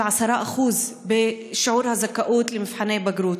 של 10% בשיעורי הזכאות למבחני הבגרות.